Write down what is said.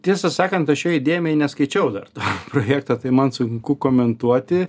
tiesą sakant aš jo įdėmiai neskaičiau dar to projekto tai man sunku komentuoti